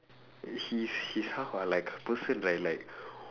he's he's how ah like a person right like